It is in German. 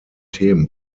themen